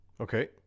Okay